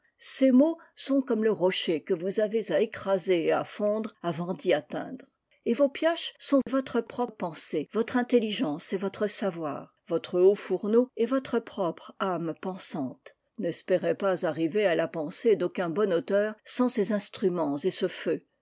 ses mots sont comme le rocher que vous avez à écraser et à fondre avant d'y atteindre et vos pioches sont votre propre pensée votre intelligence et votre savoir votre haut fourneau est votre propre âme pensante n'espérez pas arriver à la pensée d'aucun bon auteur sans ces instruments et ce feu